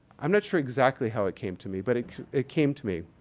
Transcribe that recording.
i'm not sure exactly how it came to me, but it it came to me.